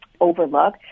Overlook